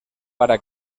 para